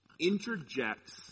interjects